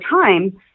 time